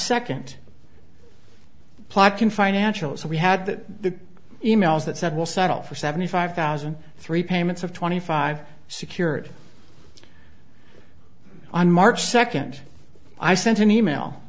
second plotkin financial so we had that the e mails that said we'll settle for seventy five thousand three payments of twenty five secured on march second i sent an email